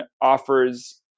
offers